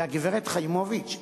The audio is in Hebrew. הגברת יחימוביץ,